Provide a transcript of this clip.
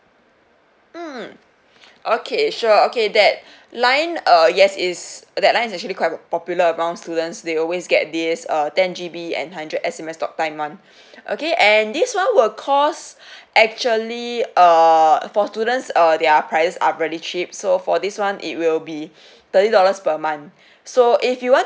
mm okay sure okay that line err yes is that line is actually quite popular among students they always get this err ten G_B and hundred S_M_S talk time [one] okay and this [one] will cost actually err for students err their prices are really cheap so for this [one] it will be thirty dollars per month so if you want